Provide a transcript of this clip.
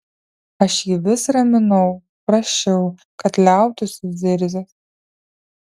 aš jį vis raminau prašiau kad liautųsi zirzęs